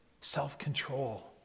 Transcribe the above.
Self-control